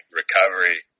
recovery